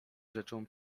rzeczą